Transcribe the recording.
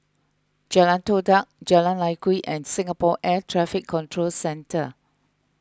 Jalan Todak Jalan Lye Kwee and Singapore Air Traffic Control Centre